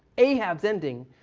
ahab's ending,